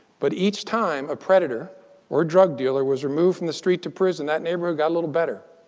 but each time a predator or drug dealer was removed from the street to prison, that neighbor got a little better.